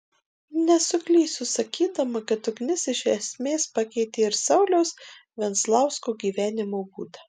nesuklysiu sakydama kad ugnis iš esmės pakeitė ir sauliaus venclausko gyvenimo būdą